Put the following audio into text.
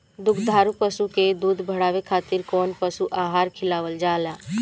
दुग्धारू पशु के दुध बढ़ावे खातिर कौन पशु आहार खिलावल जाले?